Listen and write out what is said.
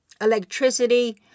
electricity